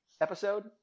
episode